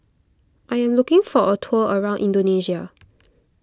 I am looking for a tour around Indonesia